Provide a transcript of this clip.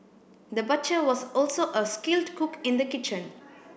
the butcher was also a skilled cook in the kitchen